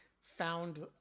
found